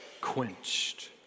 quenched